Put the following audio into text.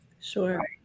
Sure